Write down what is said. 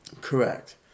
Correct